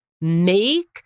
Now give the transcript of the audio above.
make